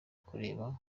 kureba